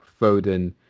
Foden